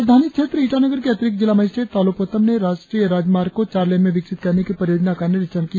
राजधानी क्षेत्र ईटानगर के अतिरिक्त जिला मजिस्ट्रेट तालो पोतम ने राष्ट्रीय राजमार्ग को चार लैन में विकसित करने की परियोजना का निरीक्षण किया